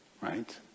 right